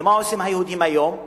ומה עושים היהודים היום?